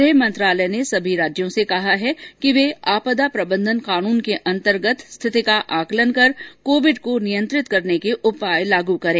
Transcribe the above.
गृह मंत्रालय ने सभी राज्यों से कहा है कि वे आपदा प्रबंधन कानून के अंतर्गत स्थिति का आकलन कर कोविड को नियंत्रित करने के उपाय लागू करें